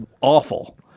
awful